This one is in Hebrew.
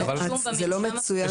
לא מצוין שהוגש כתב אישום?